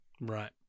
Right